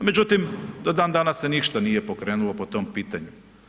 Međutim, do dan danas se ništa nije pokrenulo po tom pitanju.